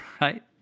right